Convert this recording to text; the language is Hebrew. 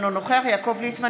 אינו נוכח יעקב ליצמן,